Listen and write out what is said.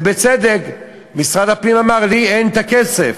ובצדק משרד הפנים אמר: לי אין הכסף.